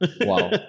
Wow